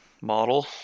Model